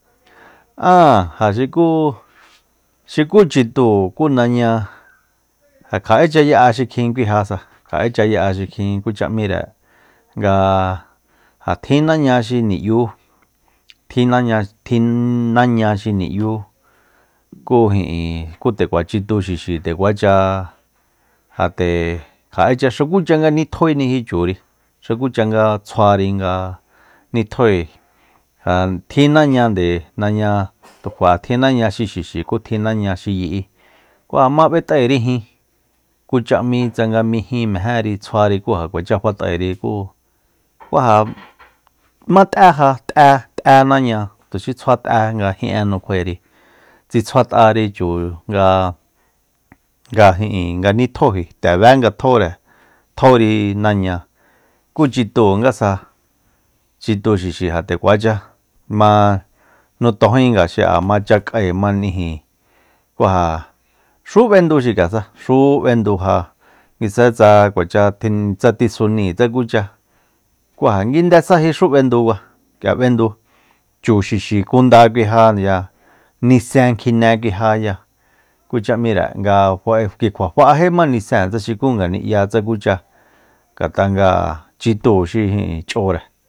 Aa ja xuku- xuku chitúu ku naña ja kja'echa ya'a xikjin kui jasa kja'echa ya'a xikjin kucha m'íre nga ja tjin naña xi ni'yú-tjin naña xi ni'yú ku ijin kú te k'ua chitu xixi nde kuacha ja nde kja'echa xukucha nga nitjóiniji churi xukucha nga tsjuari nga nitjoi ja tjin naña nde naña xi xixi ku tjin naña xi yi'i kú ja mab'et'áiri jin kucha m'í tsanga mí jin mejéri tsjuari kú ja kuachá fat'airi kú ku ja mat'e ja t'é-t'e naña tu xi tsjua t'e nga jin'e nukjuari tsi tsjuat'ari chu nga ijin nga nitjóji nde bé nga tjóre tjóri naña kú chitúu ngasa chitu xixi ja nde kuacha ma notojinga xi'a machak'ae ma n'iji kú ja xu b'endu xik'ia sa xu b'endu ja nguisaji sta kuacha tjin tsa tisuni tsa kucha ku ja nguinde sjaji xú b'endu kua k'ia b'endu chu xixi ku da kui ja ya nisen kjine kui ja ya kucha m'íre nga fa'e ki kjua fa'éjíma nisen tsa xuku ngani'ya tsa kucha ngat'a nga chitúu xi ijin ch'ore